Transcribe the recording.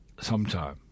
sometime